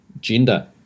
gender